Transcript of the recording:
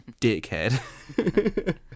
dickhead